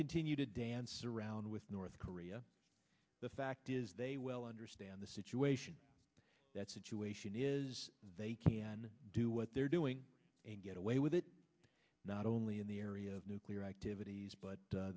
continue to dance around with north korea the fact is they well understand the situation that situation is they can do what they're doing and get away with it not only in the area of nuclear activities but